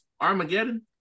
armageddon